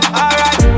alright